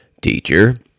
Teacher